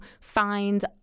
find